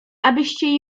abyście